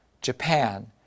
Japan